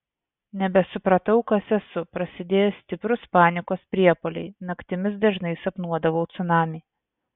nebesupratau kas esu prasidėjo stiprūs panikos priepuoliai naktimis dažnai sapnuodavau cunamį